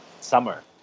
summer